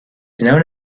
known